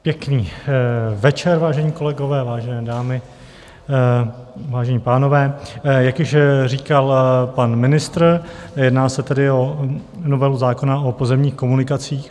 Pěkný večer, vážení kolegové, vážené dámy, vážení pánové, jak již říkal pan ministr, jedná se tedy o novelu zákona o pozemních komunikacích.